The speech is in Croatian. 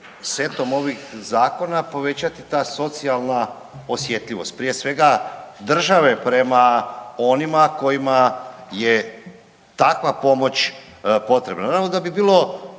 setom ovih zakona povećati ta socijalna osjetljivost prije svega države prema onima kojima je takva pomoć potrebna. Naravno da bi bilo